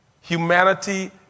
Humanity